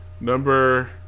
Number